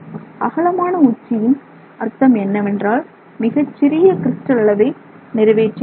அகலமான உச்சியின் அர்த்தம் என்னவென்றால் மிகச் சிறிய கிரிஸ்டல் அளவை நிறைவேற்றி இருக்கிறீர்கள்